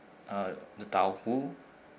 uh the tauhu